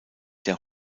der